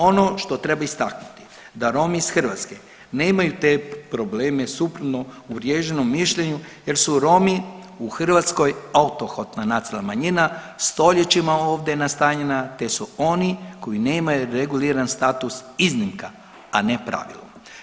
Ono što treba istaknuti da Romi iz Hrvatske nemaju te probleme suprotno uvriježenom mišljenju jer su Romi u Hrvatskoj autohtona nacionalna manjina stoljećima ovdje nastanjena te su oni koji nemaju reguliran status iznimka, a ne pravilo.